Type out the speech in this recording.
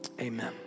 amen